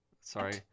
sorry